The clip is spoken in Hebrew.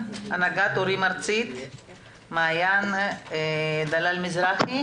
מעיין דלל מזרחי,